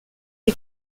est